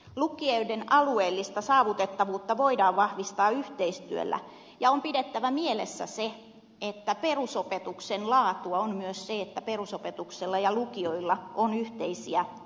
lukioiden alueellista saavutettavuutta voidaan vahvistaa yhteistyöllä ja on pidettävä mielessä se että perusopetuksen laatua on myös se että perusopetuksella ja lukioilla on yhteisiä opettajia